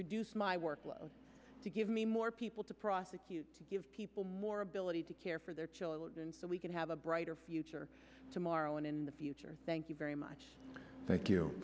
reduce my workload to give me more people to prosecute to give people more ability to care for their children so we can have a brighter future tomorrow and in the future thank you very much